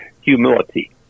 humility